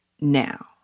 now